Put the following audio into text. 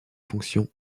fonctions